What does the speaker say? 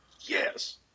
Yes